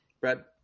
Brad